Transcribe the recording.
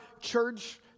church